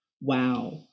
wow